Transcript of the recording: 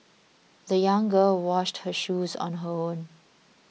the young girl washed her shoes on her own